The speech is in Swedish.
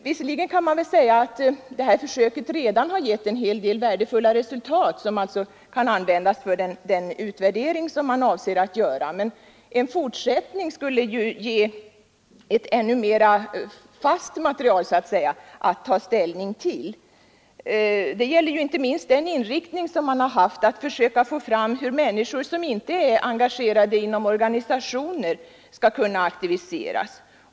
Visserligen kan man säga att detta försök redan har gett en hel del värdefulla resultat som kan användas för den utvärdering som man avser att göra, men en fortsättning skulle ge ett ännu mera konkret material att ta ställning till. Det gäller inte minst den inriktning som man haft att försöka få fram hur människor som inte är engagerade inom organisationer skall kunna aktiveras.